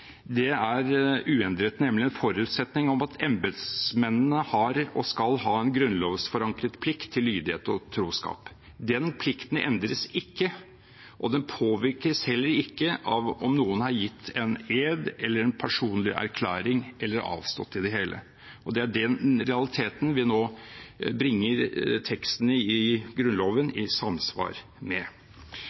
er uendret, nemlig en forutsetning om at embetsmennene har, og skal ha, en grunnlovsforankret plikt til lydighet og troskap. Den plikten endres ikke, og den påvirkes heller ikke av om noen har gitt en ed eller en personlig erklæring eller har avstått i det hele. Det er den realiteten vi nå bringer teksten i Grunnloven i samsvar med.